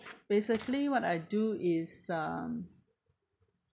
basically what I do is um